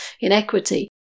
inequity